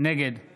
נגד יעקב